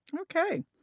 Okay